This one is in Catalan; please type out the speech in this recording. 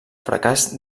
fracàs